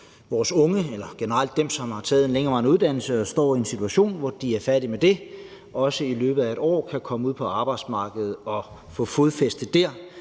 vores unge eller generelt dem, som har taget en længerevarende uddannelse, og som står i en situation, hvor de er færdige med det, også i løbet af et år kan komme ud på arbejdsmarkedet og få fodfæste der.